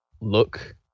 look